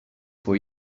for